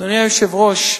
אדוני היושב-ראש,